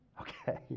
Okay